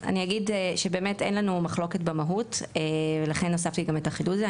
אני אגיד שבאמת אין לנו מחלוקת במהות ולכן הוספתי גם את החידוד הזה.